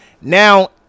now